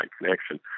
connection